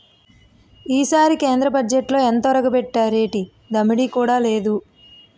ఈసారి కేంద్ర బజ్జెట్లో ఎంతొరగబెట్టేరేటి దమ్మిడీ కూడా లేదు